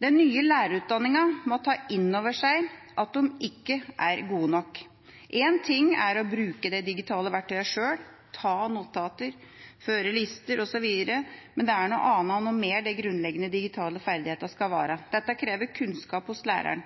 Den nye lærerutdanninga må ta innover seg at man ikke er god nok. Én ting er å bruke de digitale verktøyene sjøl, ta notater, føre lister, osv., men det er noe annet og noe mer de grunnleggende digitale ferdighetene skal være. Dette krever kunnskap hos læreren